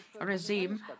regime